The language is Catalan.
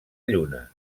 lluna